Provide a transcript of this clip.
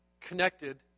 connected